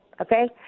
Okay